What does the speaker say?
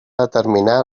determinar